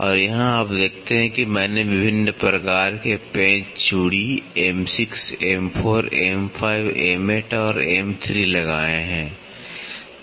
और यहाँ आप देखते हैं कि मैंने विभिन्न प्रकार के पेंच चूड़ी M 6 M 4 M 5 M 8 और M 3 लगाए हैं